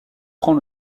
prend